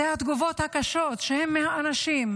זה התגובות הקשות מאנשים,